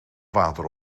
water